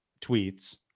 tweets